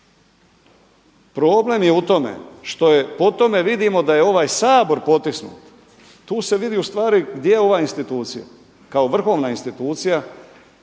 Problem je u tome što je po tome vidimo da ovaj Sabor potisnut, tu se vidi ustvari gdje je ova institucija kao vrhovna institucija